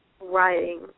writing